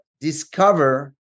discover